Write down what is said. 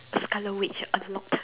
Scarlet Witch a lot